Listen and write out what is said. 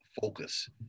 Focus